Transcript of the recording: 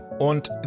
Und